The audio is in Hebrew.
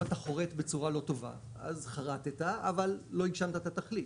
אם אתה חורט בצורה לא טובה אז חרטת אבל לא הגשת את התכלית.